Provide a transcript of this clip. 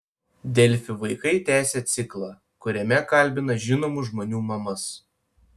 delfi vaikai tęsia ciklą kuriame kalbina žinomų žmonių mamas